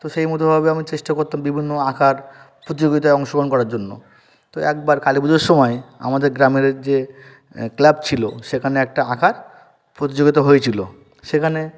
তো সেইমতোভাবে আমি চেষ্টা করতাম বিভিন্ন আঁকার প্রতিযোগিতায় অংশগ্রহণ করার জন্য তো একবার কালী পুজোর সময় আমাদের গ্রামের যে ক্লাব ছিলো সেখানে একটা আঁকার প্রতিযোগিতা হয়েছিলো সেখানে